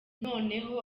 noneho